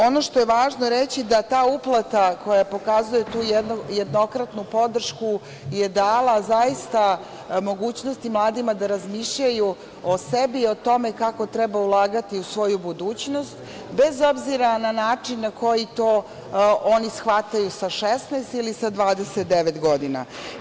Ono što je važno reći je da ta uplata koja pokazuje tu jednokratnu podršku je dala zaista mogućnosti mladima da razmišljaju o sebi i o tome kako treba ulagati u svoju budućnost, bez obzira na način na koji to oni shvataju sa 16 ili sa 29 godina.